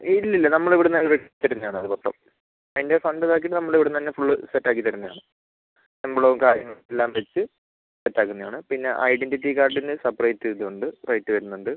ഇല്ലില്ല നമ്മൾ ഇവിടുന്ന് തന്നെ തയ്ച്ച് തരുന്നതാണ് അത് മൊത്തം അതിൻ്റെ ഫണ്ട് ഇതാക്കിയിട്ട് നമ്മൾ ഇവിടുന്ന് തന്നെ ഫുൾ സെറ്റ് ആക്കി തരുന്നതാണ് എംബ്ലവും കാര്യങ്ങളും എല്ലാം വെച്ച് സെറ്റ് ആക്കുന്നതാണ് പിന്നെ ഐഡിൻറ്റിറ്റി കാർഡിന് സെപ്പറേറ്റ് ഇത് ഉണ്ട് റേറ്റ് വരുന്നുണ്ട്